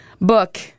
book